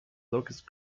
locust